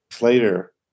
later